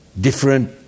Different